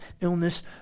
illness